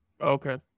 Okay